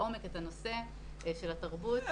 את הנושא של התרבות.